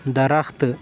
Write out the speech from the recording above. درخت